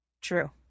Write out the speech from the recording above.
True